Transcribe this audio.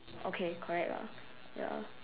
okay correct lah ya